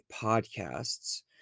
podcasts